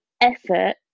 effort